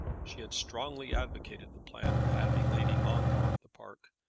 she had strongly advocated the plan of having lady ongar at the park,